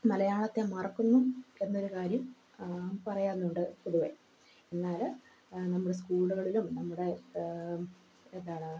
മലയാളത്തെ മറക്കുന്നു എന്നൊരു കാര്യം പറയാനുണ്ട് പൊതുവെ എന്നാൽ നമ്മുടെ സ്കൂളുകളിലും നമ്മുടെ എന്താണ്